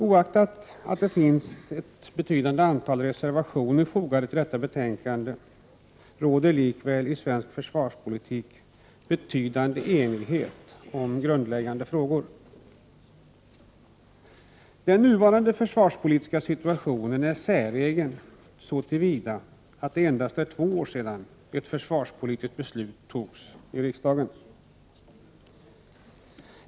Oaktat att det finns ett betydande antal reservationer fogade till detta betänkande, råder det likväl i svensk försvarspolitik betydande enighet om grundläggande frågor. Den nuvarande försvarspolitiska situationen är säregen så till vida att det endast är två år sedan ett försvarspolitiskt beslut fattades i riksdagen.